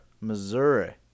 Missouri